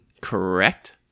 Correct